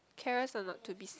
carrots are not to be see